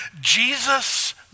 Jesus